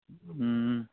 ꯎꯝ